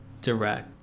direct